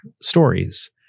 stories